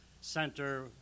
center